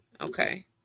Okay